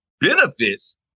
benefits